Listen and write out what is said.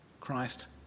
Christ